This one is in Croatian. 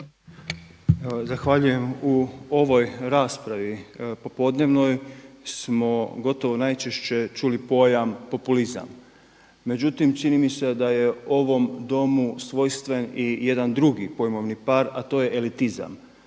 Zahvaljujem. U ovoj raspravi smo popodnevnoj smo gotovo najčešće čuli pojam populizam. Međutim, čini mi se da je ovom Domu svojstven i jedan drugi pojmovni par, a to je elitizam.